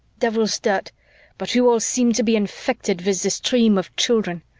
devil's dirt but you all seem to be infected with this dream of children.